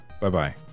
Bye-bye